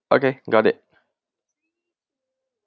okay got it